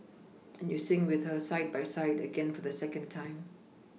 and you sing with her side by side again for the second time